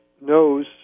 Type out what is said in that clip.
knows